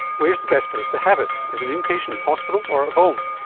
where is the best place to have it as an inpatient in hospital or at home?